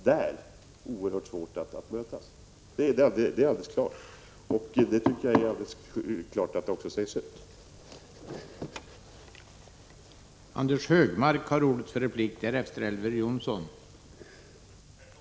Det är alldeles klart, och jag tycker att det är viktigt att det också klart sägs ut.